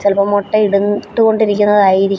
ചിലപ്പോള് മുട്ടയിടു ഇട്ടു കൊണ്ടിരിക്കുന്നതായിരിക്കും